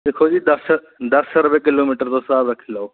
दिक्खो जी दस रुपये किलेमिटर दा स्हाब रक्खी लैओ